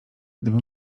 gdybym